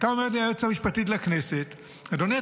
הייתה אומרת לי היועצת המשפטית לכנסת: אדוני,